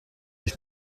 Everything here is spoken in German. ich